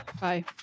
Bye